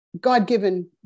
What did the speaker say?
God-given